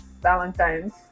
Valentine's